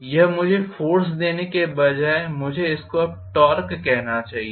यह मुझे फोर्स देने के बजाय मुझे इसको अब टॉर्क कहना चाहिए